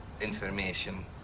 information